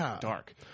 dark